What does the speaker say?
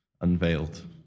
unveiled